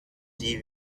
die